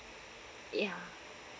yeah